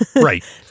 Right